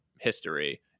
history